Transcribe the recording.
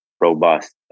robust